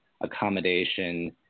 accommodation